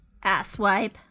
Asswipe